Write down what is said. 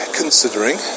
considering